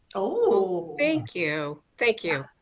oooh. thank you. thank you.